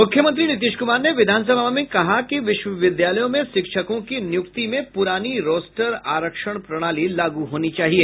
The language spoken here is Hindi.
मुख्यमंत्री नीतीश कुमार ने विधानसभा में कहा कि विश्वविद्यालयों में शिक्षकों की नियुक्ति में पुरानी रोस्टर आरक्षण प्रणाली लागू होनी चाहिए